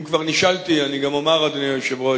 אם כבר נשאלתי, אני גם אומַר, אדוני היושב-ראש,